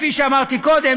כפי שאמרתי קודם,